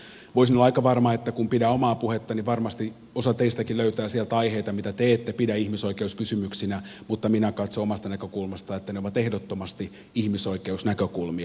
voisin olla aika varma että kun pidän omaa puhettani niin varmasti osa teistäkin löytää sieltä aiheita mitä te ette pidä ihmisoikeuskysymyksinä mutta mitä minä katson omasta näkökulmastani että ne ovat ehdottomasti ihmisoikeusnäkökulmia